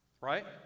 right